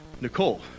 Nicole